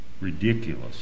ridiculous